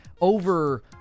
over